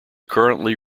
currently